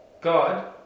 God